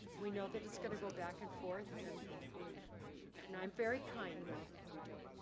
we know that it's gonna go back and forth and i'm very kind when we don't,